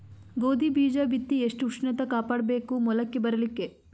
ಗೋಧಿ ಬೀಜ ಬಿತ್ತಿ ಎಷ್ಟ ಉಷ್ಣತ ಕಾಪಾಡ ಬೇಕು ಮೊಲಕಿ ಬರಲಿಕ್ಕೆ?